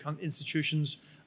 institutions